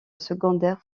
secondaires